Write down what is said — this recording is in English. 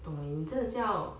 不懂嘞你真的是要